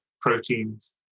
proteins